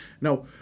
now